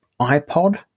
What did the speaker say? iPod